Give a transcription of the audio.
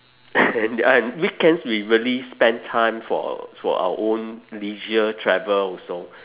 and I am weekends we really spend time for for our own leisure travel also